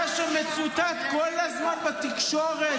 זה שמצוטט כל הזמן בתקשורת,